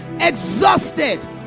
exhausted